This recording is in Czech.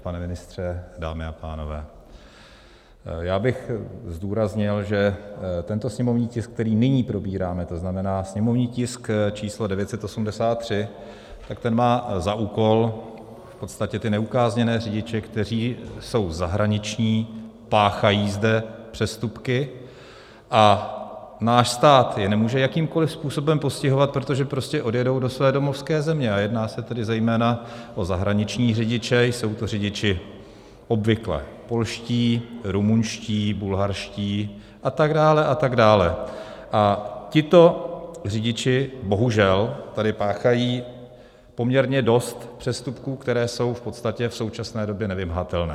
Pane ministře, dámy a pánové, já bych zdůraznil, že tento sněmovní tisk, který nyní probíráme, to znamená sněmovní tisk číslo 983, má za úkol v podstatě neukázněné řidiče, kteří jsou zahraniční, páchají zde přestupky a náš stát je nemůže jakýmkoliv způsobem postihovat, protože prostě odjedou do své domovské země a jedná se tedy zejména o zahraniční řidiče, jsou to řidiči obvykle polští, rumunští, bulharští, a tak dále a tak dále a tito řidiči bohužel tady páchají poměrně dost přestupků, které jsou v podstatě v současné době nevymahatelné.